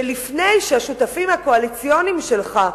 ולפני שהשותפים הקואליציוניים שלך,